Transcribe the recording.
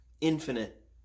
infinite